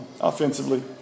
offensively